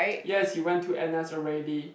yes he went to n_s already